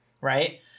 right